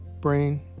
brain